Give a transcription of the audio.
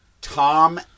Tom